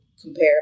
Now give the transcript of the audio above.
compare